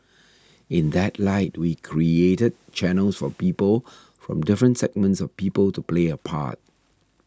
in that light we created channels for people from different segments of people to play a part